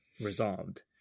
resolved